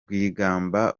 rwigamba